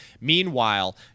Meanwhile